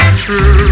true